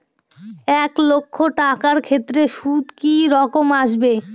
এক লাখ টাকার ক্ষেত্রে সুদ কি রকম আসবে?